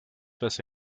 face